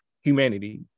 humanity